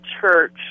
church